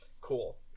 cool